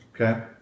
okay